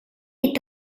est